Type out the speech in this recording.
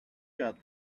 got